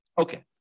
Okay